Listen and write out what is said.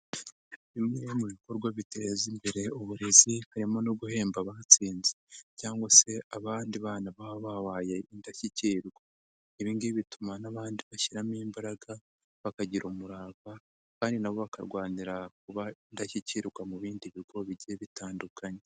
Bimwe mu bikorwa biteza imbere uburezi harimo no guhemba abatsinze, cyangwa se abandi bana baba babaye indashyikirwa, ibi ngibi bituma n'abandi bashyiramo imbaraga bakagira umurava, kandi na bo bakarwanira kuba indashyikirwa mu bindi bigo bigiye bitandukanye.